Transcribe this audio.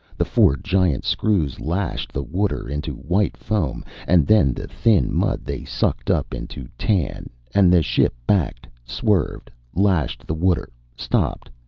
the four giant screws lashed the water into white foam, and then the thin mud they sucked up into tan and the ship backed, swerved, lashed the water, stopped,